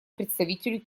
представителю